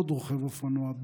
עוד רוכב אופנוע,